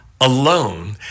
alone